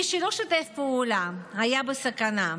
מי שלא שיתף פעולה היה בסכנה.